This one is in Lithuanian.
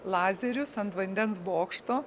lazerius ant vandens bokšto